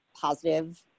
positive